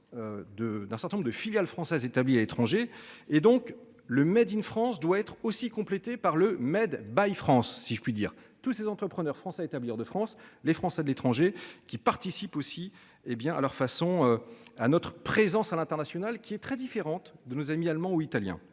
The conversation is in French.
d'un certain nombre de filiales françaises établies à l'étranger et donc le Made in France doit être aussi complété par le Made by France si je puis dire tous ces entrepreneurs français à établir de France, les Français de l'étranger qui participent aussi. Hé bien à leur façon à notre présence à l'international qui est très différente de nos amis allemands ou italiens.